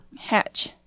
Hatch